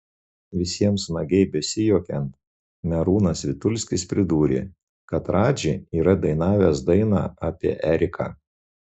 visiems smagiai besijuokiant merūnas vitulskis pridūrė kad radži yra dainavęs dainą apie eriką